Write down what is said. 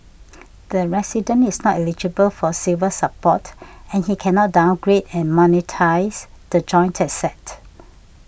the resident is not eligible for Silver Support and he cannot downgrade and monetise the joint asset